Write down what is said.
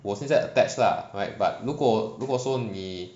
我现在 attached lah right but 如果如果说你